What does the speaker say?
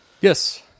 Yes